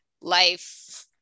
life